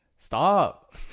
Stop